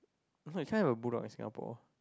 if not you can't have a bulldog in Singapore